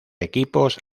equipos